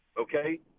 okay